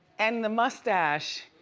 and the mustache.